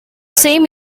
same